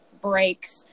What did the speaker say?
breaks